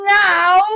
now